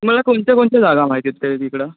तुम्हाला कोणत्या कोणत्या जागा महिती आहेत तरी तिकडं